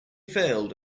failed